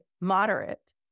moderate